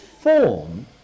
form